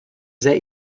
sehr